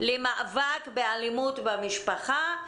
למאבק באלימות במשפחה.